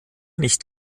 nicht